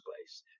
place